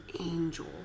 angel